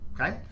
Okay